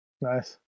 Nice